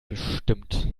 bestimmt